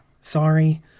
sorry